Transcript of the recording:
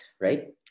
right